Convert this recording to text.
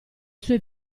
suoi